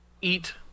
eat